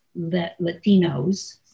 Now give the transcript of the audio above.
Latinos